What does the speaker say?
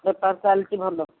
ବେପାର ଚାଲିଛି ଭଲ